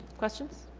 questions?